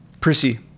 Prissy